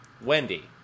Wendy